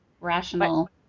rational